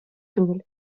түгел